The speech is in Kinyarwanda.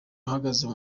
ahagaze